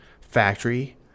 factory